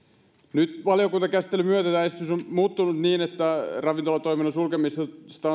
nyt valiokuntakäsittelyn myötä tämä esitys on muuttunut niin että ravintolatoiminnan sulkemista